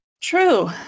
True